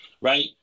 right